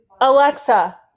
Alexa